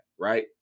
right